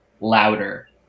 louder